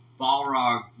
Balrog